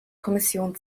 kommission